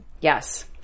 Yes